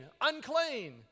unclean